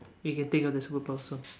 you can think of the superpower song